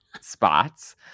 spots